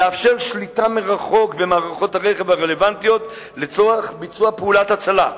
לאפשר שליטה מרחוק במערכות הרכב הרלוונטיות לצורך ביצוע פעולת הצלה.